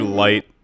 light